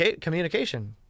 communication